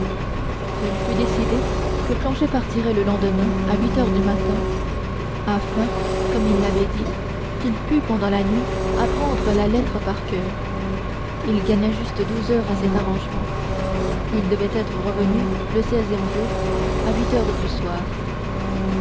il fut décidé que planchet partirait le lendemain à huit heures du matin afin comme il l'avait dit qu'il pût pendant la nuit apprendre la lettre par coeur il gagna juste douze heures à cet arrangement il devait être revenu le seizième jour à huit heures du soir